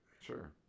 Sure